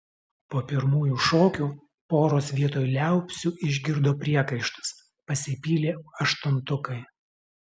po pirmųjų šokių poros vietoj liaupsių išgirdo priekaištus pasipylė aštuntukai